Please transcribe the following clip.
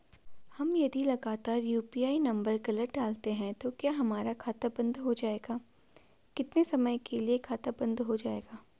हम यदि लगातार यु.पी.आई नम्बर गलत डालते हैं तो क्या हमारा खाता बन्द हो जाएगा कितने समय के लिए खाता बन्द हो जाएगा?